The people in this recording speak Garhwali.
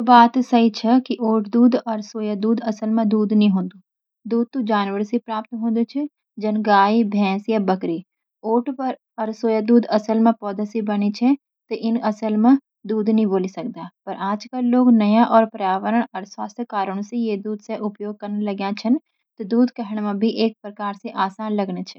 बात च सही छै कि ओट दूध अर सोया दूध असल म दूध नी होदु। दूध तो जानवरां से प्राप्त होदु च, जन गाई, भैंस या बकरी। ओट अर सोया दूध असल म पौधां से बनि छै, त इनक असल म "दूध" नी बोलि सकदा। पर आजकल लोगां नयाण अर पर्यावरण अर स्वास्थ्य कारणों से इनक दूध जैंसै उपयोग करन लग्ये छन, तो "दूध" कहण म भी एक प्रकार से आसान लगन छै।